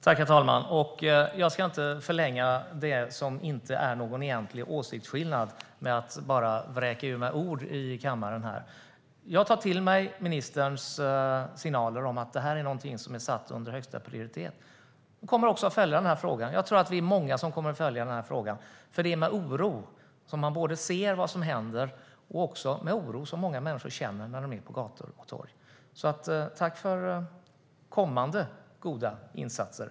Herr talman! Jag ska inte förlänga debatten om det som inte är någon egentlig åsiktsskillnad med att bara vräka ur mig ord i kammaren. Jag tar till mig ministerns signaler om att detta är någonting som är satt under högsta prioritet och kommer också att följa frågan. Jag tror att vi är många som kommer att följa frågan. Det är med oro man ser vad som händer. Många människor känner också oro när de är på gator och torg. Tack för kommande goda insatser!